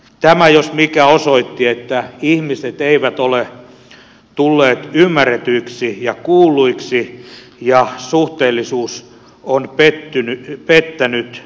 tämä jos mikä osoitti että ihmiset eivät ole tulleet ymmärretyiksi ja kuulluiksi ja suhteellisuus on pettänyt